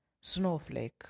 Snowflake